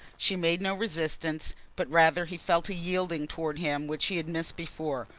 she made no resistance, but rather he felt a yielding towards him which he had missed before.